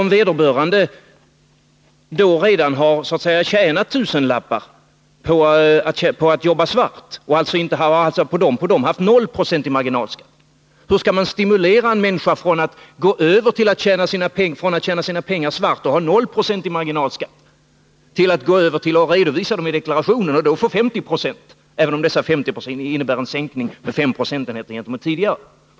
Om vederbörande redan har tjänat tusenlappar på att jobba svart och på dessa följaktligen haft 0 26 marginalskatt, hur skall då denna sänkning kunna stimulera vederbörande att från att tjäna sina pengar svart och ha 0 96 i marginalskatt gå över till att redovisa inkomsterna i deklarationen och då få 50 26 marginalskatt, även om dessa 50 96 innebär en sänkning med 5 70 jämfört med tidigare?